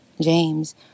James